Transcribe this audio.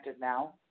now